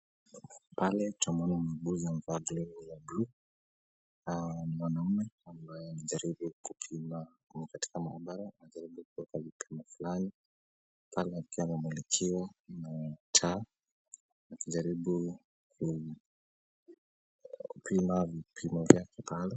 Pale, twamuona maamuzi amevaa glovu za bluu. Mwanamume ambaye anajaribu kupima katika maabara anajaribu kuweka vipimo fulani. Pale akiwa anamulikiwa na taa. Anajaribu kuupima vipimo vyake pale.